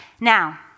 Now